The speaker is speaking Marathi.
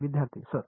विद्यार्थी सर